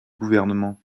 gouvernement